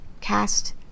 cast